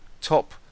top